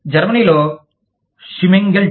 జర్మనీలో షిమ్మెంగెల్ట్